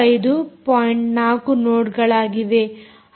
4 ನೋಡ್ಗಳಾಗಿವೆ